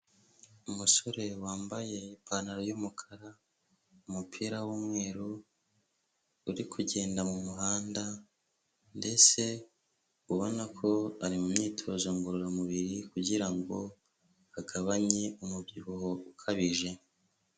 Umusore wambaye ipantaro y'umukara, umupira w'umweru uri kugenda mu muhanda ndetse ubona ko ari mu myitozo ngororamubiri kugira ngo agabanye umubyibuho ukabije.